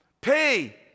Pay